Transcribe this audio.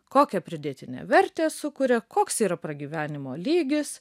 kokią pridėtinę vertę sukuria koks yra pragyvenimo lygis